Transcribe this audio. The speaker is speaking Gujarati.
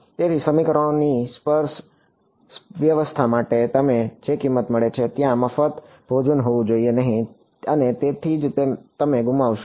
તેથી સમીકરણોની સપર્સ વ્યવસ્થા માટે તમને જે કિંમત મળે છે તે ત્યાં મફત ભોજન હોવું જોઈએ નહીં અને તેથી જ તમે ગુમાવશો